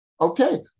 okay